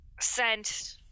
sent